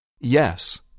Yes